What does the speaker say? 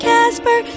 Casper